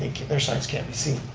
their signs can't be seen.